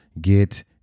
get